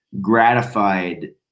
gratified